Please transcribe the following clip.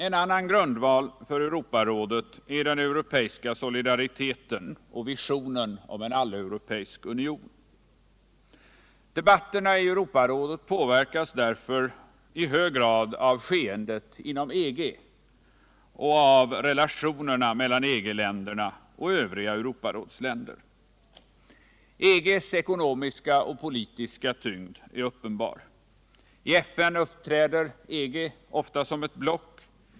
En annan grundval för Europarådet är den europeiska solidariteten och visionen av en alleuropeisk union. Debatterna i Europarådet påverkas därför i hög grad av skeendet inom EG och av relationerna mellan EG-länderna och övriga Europarådsländer. EG:s ekonomiska och politiska tyngd är uppenbar. I FN uppträder EG ofta som ett block.